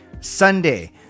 Sunday